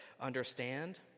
understand